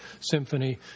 Symphony